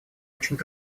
очень